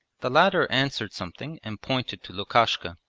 the latter answered something and pointed to lukashka.